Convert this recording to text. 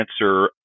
answer